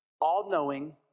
all-knowing